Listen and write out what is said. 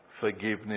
forgiveness